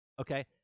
okay